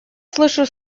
слышу